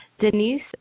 Denise